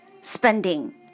Spending